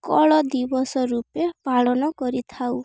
ଉତ୍କଳ ଦିବସ ରୂପେ ପାଳନ କରିଥାଉ